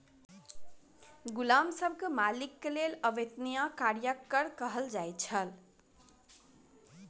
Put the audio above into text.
गुलाम सब के मालिक के लेल अवेत्निया कार्यक कर कहल जाइ छल